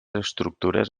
estructures